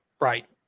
Right